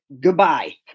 goodbye